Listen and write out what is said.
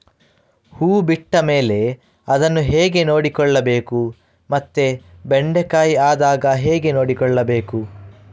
ಹೂ ಬಿಟ್ಟ ಮೇಲೆ ಅದನ್ನು ಹೇಗೆ ನೋಡಿಕೊಳ್ಳಬೇಕು ಮತ್ತೆ ಬೆಂಡೆ ಕಾಯಿ ಆದಾಗ ಹೇಗೆ ನೋಡಿಕೊಳ್ಳಬೇಕು?